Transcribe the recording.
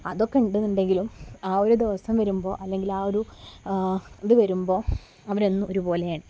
അതൊക്കെ ഉണ്ട് എന്നുണ്ടെങ്കിലും ആ ഒരു ദിവസം വരുമ്പോൾ അല്ലെങ്കിൽ ആ ഒരു ഇത് വരുമ്പോൾ അവർ എന്നും ഒരുപോലെയാണ്